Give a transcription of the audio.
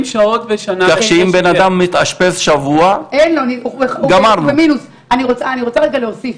כך שאם בנאדם מתאשפז שבוע, אני רוצה רגע להוסיף.